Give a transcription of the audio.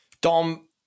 Dom